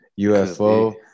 UFO